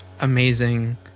amazing